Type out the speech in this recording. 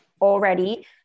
already